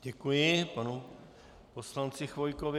Děkuji panu poslanci Chvojkovi.